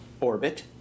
orbit